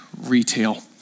retail